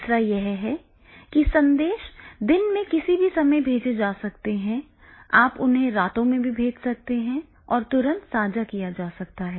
तीसरा यह है कि संदेश दिन के किसी भी समय भेजे जा सकते हैं आप उन्हें रातों में भी भेज सकते हैं और तुरंत साझा किया जा सकता है